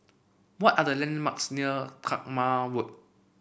what are the landmarks near Talma Road